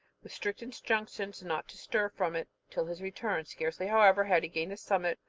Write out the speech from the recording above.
with strict injunctions not to stir from it till his return. scarcely, however, had he gained the summit,